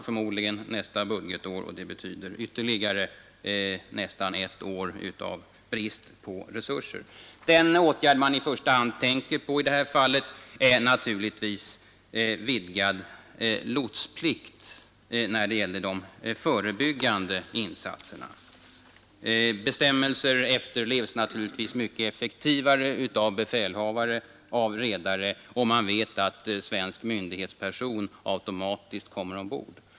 Förmodligen blir det nästa budgetår, och det betyder i så fall ytterligare nästan ett år med bristande resurser. Den åtgärd man i första hand tänker på när det gäller de förebyggande insatserna i sådana här fall är vidgad lotsplikt. Bestämmelser efterlevs naturligtvis mycket effektivare av befälhavare och redare, om de vet att svensk myndighetsperson automatiskt kommer ombord.